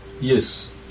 Yes